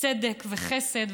צדק וחסד.